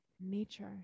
nature